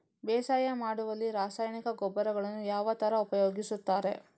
ಬೇಸಾಯ ಮಾಡುವಲ್ಲಿ ರಾಸಾಯನಿಕ ಗೊಬ್ಬರಗಳನ್ನು ಯಾವ ತರ ಉಪಯೋಗಿಸುತ್ತಾರೆ?